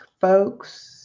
folks